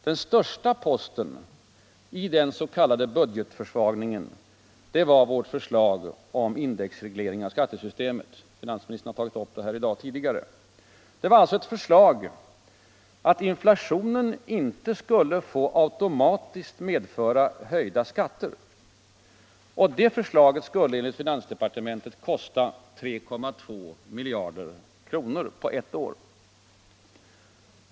Den största posten i den s.k. budgetförsvagningen var vårt förslag om indexreglering av skattesystemet — finansministern har berört det tidigare i dag. Detta förslag att inflationen inte skulle få automatiskt medföra höjda skatter skulle enligt finansdepartementet ”kosta” 3,2 miljarder på ett år.